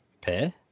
pair